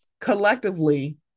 Collectively